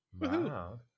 Wow